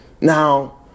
Now